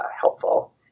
helpful